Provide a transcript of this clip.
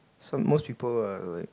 some most people are like